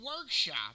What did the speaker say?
workshop